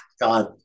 God